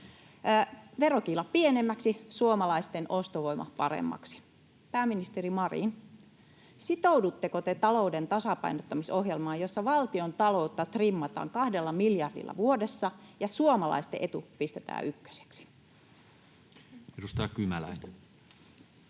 Verokiila pienemmäksi, suomalaisten ostovoima paremmaksi. Pääministeri Marin, sitoudutteko te talouden tasapainottamisohjelmaan, jossa valtiontaloutta trimmataan kahdella miljardilla vuodessa ja suomalaisten etu pistetään ykköseksi? [Speech